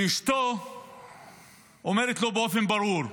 ואשתו אומרת לו באופן ברור: